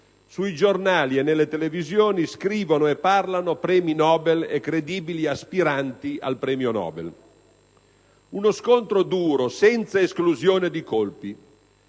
sui giornali e nelle televisioni scrivono e parlano premi Nobel e credibili aspiranti al premio Nobel. È uno scontro duro senza esclusione di colpi,